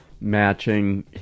matching